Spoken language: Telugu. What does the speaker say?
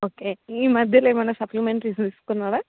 ఓకే ఈ మధ్యలో ఏమన్నా సప్లిమెంటరీస్ తీసుకున్నాడా